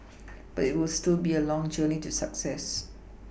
but it will still be a long journey to success